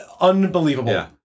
unbelievable